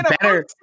better